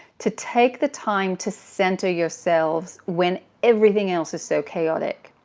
to take the time to center yourselves when everything else is so chaotic.